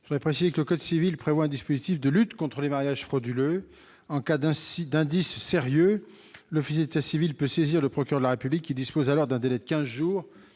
de la commission ? Le code civil comporte un dispositif de lutte contre les mariages frauduleux : en cas d'indices sérieux, l'officier de l'état civil peut saisir le procureur de la République, qui dispose alors d'un délai de quinze jours